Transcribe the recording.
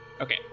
Okay